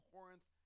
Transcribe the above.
Corinth